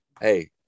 hey